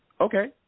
Okay